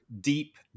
deep